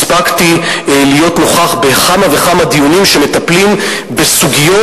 הספקתי להיות נוכח בכמה וכמה דיונים שמטפלים בסוגיות